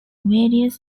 various